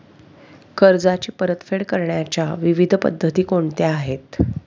कर्जाची परतफेड करण्याच्या विविध पद्धती कोणत्या आहेत?